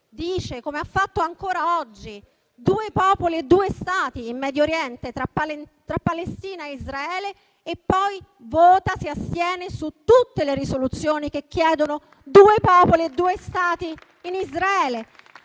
come ha fatto ancora oggi, di due popoli e due Stati in Medio Oriente per Palestina e Israele e poi si astiene su tutte le risoluzioni che chiedono due popoli e due Stati in Israele.